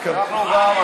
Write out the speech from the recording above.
יואל, אנחנו גם.